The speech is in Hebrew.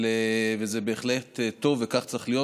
וזה בהחלט טוב וכך צריך להיות,